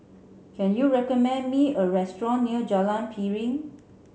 can you recommend me a restaurant near Jalan Piring